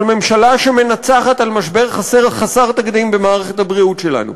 של ממשלה שמנצחת על משבר חסר תקדים במערכת הבריאות שלנו,